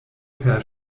per